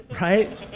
Right